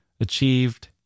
achieved